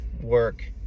work